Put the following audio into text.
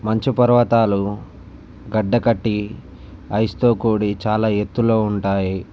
మంచు పర్వతాలు గడ్డకట్టి ఐస్తో కూడి చాలా ఎత్తులో ఉంటాయి